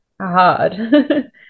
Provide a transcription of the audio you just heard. hard